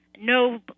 no